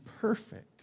perfect